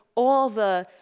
all the,